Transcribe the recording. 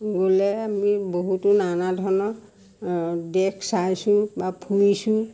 গ'লে আমি বহুতো নানা ধৰণৰ দেশ চাইছোঁ বা ফুৰিছোঁ